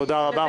תודה רבה.